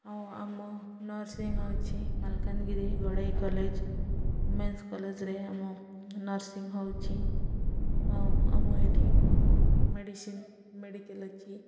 ଆଉ ଆମ ନର୍ସିଂ ହେଉଛି ମାଲକାନଗିରି ଗଡ଼େଇ କଲେଜ୍ ୱମେନ୍ସ କଲେଜ୍ରେ ଆମ ନର୍ସିଂ ହେଉଛିି ଆଉ ଆମ ଏଇଠି ମେଡ଼ିସିନ୍ ମେଡ଼ିକାଲ୍ ଅଛି